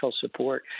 support